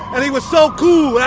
and it was so cool!